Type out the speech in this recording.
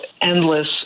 endless